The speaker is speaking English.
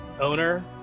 owner